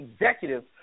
executives